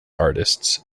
artists